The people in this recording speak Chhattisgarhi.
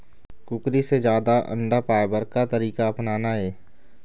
कुकरी से जादा अंडा पाय बर का तरीका अपनाना ये?